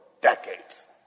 decades